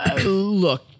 look